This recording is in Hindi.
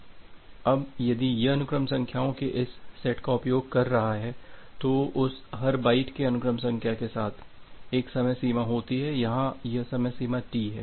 अब यदि यह अनुक्रम संख्याओं के इस सेट का उपयोग कर रहा है तो उस हर बाइट के अनुक्रम संख्या के साथ एक समय सीमा होती है यहां यह समय सीमा टी है